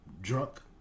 drunk